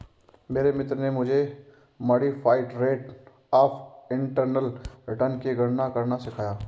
मेरे मित्र ने मुझे modified rate of internal return की गणना करना सिखाया